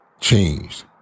changed